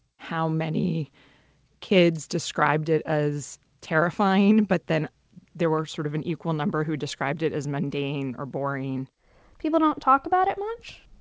how many kids described it as terrifying? but then there were sort of an equal number who described it as mundane or boring people don't talk about it much.